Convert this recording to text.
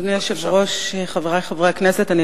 אדוני היושב-ראש, חברי חברי הכנסת, אני